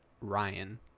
Ryan